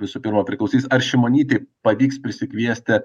visų pirma priklausys ar šimonytei pavyks prisikviesti